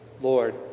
Lord